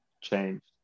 changed